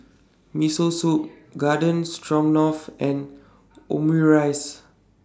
Miso Soup Garden Stroganoff and Omurice